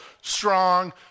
strong